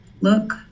look